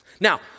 Now